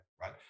right